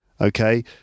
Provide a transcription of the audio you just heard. okay